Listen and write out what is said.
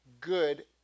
good